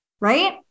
right